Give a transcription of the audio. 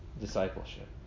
discipleship